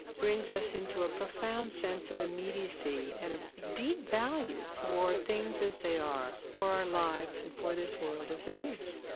brings us into a profound sense of immediacy and a deep value for things as they are, for our lives and for this world as it is